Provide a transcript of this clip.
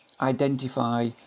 identify